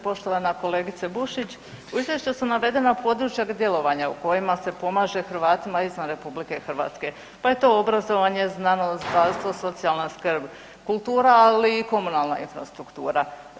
Poštovana kolegice Bušić u izvješću su navedena područja djelovanja u kojima se pomaže Hrvatima izvan RH, pa je to obrazovanje, znanost, zdravstvo, socijalna skrb, kultura ali i komunalna infrastruktura.